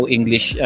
English